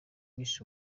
miss